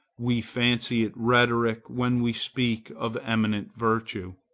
we fancy it rhetoric when we speak of eminent virtue.